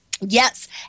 Yes